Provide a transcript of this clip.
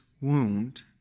wound